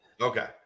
Okay